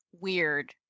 weird